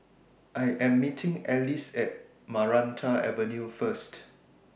I Am meeting Alcee At Maranta Avenue First